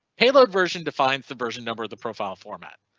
payload version defines the version number of the profile format.